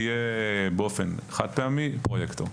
יהיה באופן חד פעמי פרויקטור.